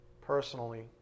personally